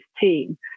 team